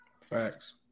Facts